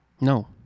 No